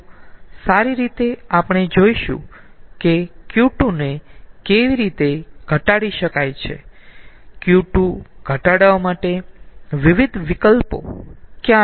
તો સારી રીતે આપણે જોઈશું કે Q2 ને કેવી રીતે ઘટાડી શકાય છે Q2 ઘટાડવા માટે વિવિધ વિકલ્પો કયા છે